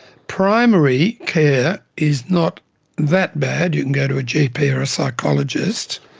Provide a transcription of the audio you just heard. primary care is not that bad, you can go to a gp or a psychologist,